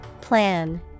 Plan